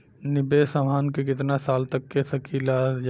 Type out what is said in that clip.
निवेश हमहन के कितना साल तक के सकीलाजा?